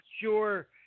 sure